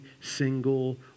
single